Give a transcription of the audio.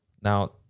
Now